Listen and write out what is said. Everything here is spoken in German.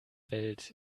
welt